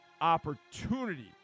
opportunity